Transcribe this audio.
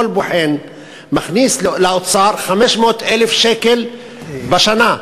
כל בוחן מכניס לאוצר 500,000 שקל בשנה,